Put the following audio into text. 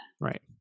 right